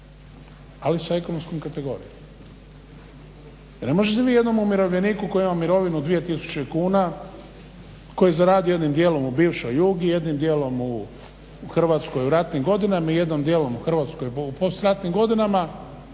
ali sa ekonomskom kategorijom. Pa ne možete vi jednom umirovljeniku koji ima mirovinu dvije tisuće kuna koji je zaradio jednim djelom u bivšoj Jugi, jednim djelom u Hrvatskoj u ratnim godinama i jednim djelom u Hrvatskoj u post ratnim godinama